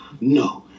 no